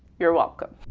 you're welcome.